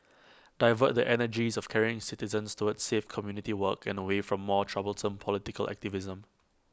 divert the energies of caring citizens towards safe community work and away from more troublesome political activism